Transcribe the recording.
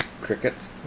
Crickets